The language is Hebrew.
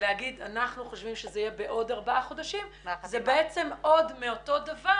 ולומר שאתם חושבים שזה יהיה בעוד ארבעה חדשים זה בעצם עוד מאותו דבר